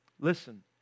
listen